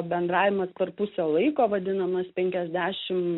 bendravimas per pusę laiko vadinamas penkiasdešimt